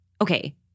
Okay